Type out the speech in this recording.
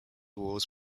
wars